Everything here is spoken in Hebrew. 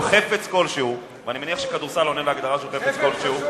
חפץ כלשהו" ואני מניח שכדורסל הוא בתחום ההגדרה של חפץ כלשהו,